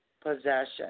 Possession